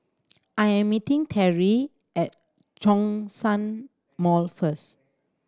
I am meeting Terrie at Zhongshan Mall first